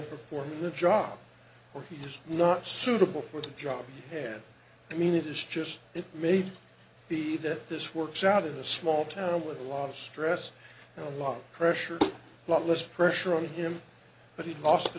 performing the job or he is not suitable for the job ahead i mean it is just it may be that this works out in a small town with a lot of stress and a lot of pressure lot less pressure on him but he lost